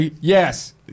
Yes